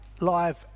live